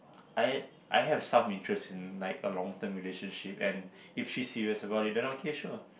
I I have some interest in like a long term relationship and if she's serious about it then okay sure